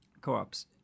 co-ops